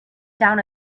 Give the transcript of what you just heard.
down